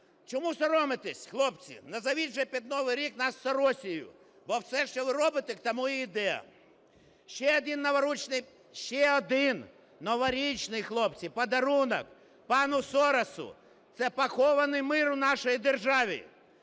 Чому соромитесь, хлопці? Назвіть вже під Новий рік нас "Соросією", бо все, що ви робите, к тому і йде. Ще один новорічний, хлопці, подарунок пану Соросу – це похований мир у нашій державі.